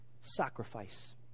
sacrifice